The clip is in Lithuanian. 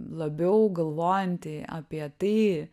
labiau galvojanti apie tai